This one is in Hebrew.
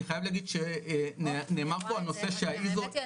אני חייב להגיד שנאמר פה על נושא --- האמת היא,